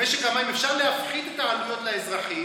במשק המים אפשר להפחית את העלויות לאזרחים,